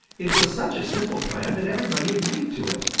it was such a simple plan that everybody agreed to it.